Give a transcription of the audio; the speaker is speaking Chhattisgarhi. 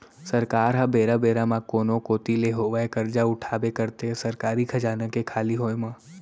सरकार ह बेरा बेरा म कोनो कोती ले होवय करजा उठाबे करथे सरकारी खजाना के खाली होय म